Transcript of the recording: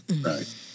Right